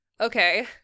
Okay